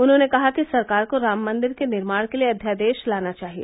उन्होंने कहा कि सरकार को राम मंदिर के निर्माण के लिए अध्यादेश लाना चाहिए